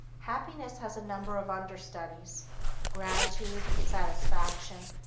happiness has a number of under-studies gratification, satisfaction,